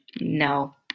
no